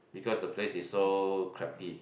because the place is so creepy